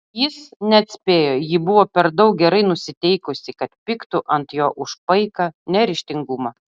jis neatspėjo ji buvo per daug gerai nusiteikusi kad pyktų ant jo už paiką neryžtingumą